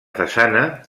façana